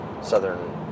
southern